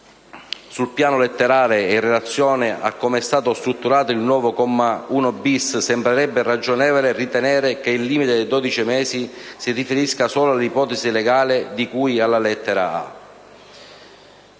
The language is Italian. Sul piano letterale e in relazione a come è stato strutturato il nuovo comma 1-*bis*, sembrerebbe ragionevole ritenere che il limite dei dodici mesi si riferisca solo all'ipotesi legale di cui alla lettera